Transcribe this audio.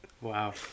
Wow